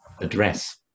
address